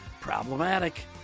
problematic